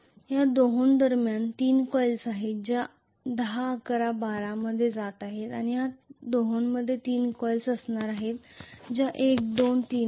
या दोहोंदरम्यान 3 कॉइल्स आहेत ज्या 10 11 आणि 12 मध्ये जात आहेत आणि या दोहोंमध्ये 3 कॉइल्स असणार आहेत ज्या 1 2 आणि 3 आहेत